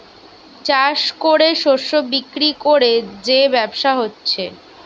চাষ কোরে শস্য বিক্রি কোরে যে ব্যবসা হচ্ছে